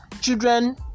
children